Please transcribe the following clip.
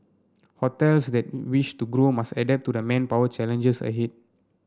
hotels that wish to grow must adapt to the manpower challenges ahead